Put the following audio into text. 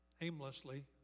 aimlessly